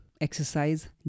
exercise